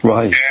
Right